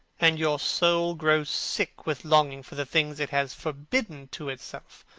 and your soul grows sick with longing for the things it has forbidden to itself,